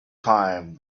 time